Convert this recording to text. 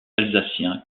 alsaciens